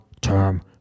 term